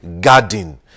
garden